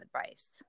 advice